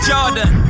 Jordan